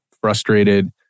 Frustrated